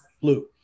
Blue